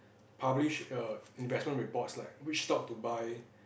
publish err investment reports like which stock to buy